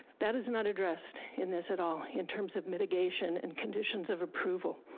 that is not addressed in this at all, in terms of mitigation and conditions of approval.